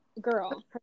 Girl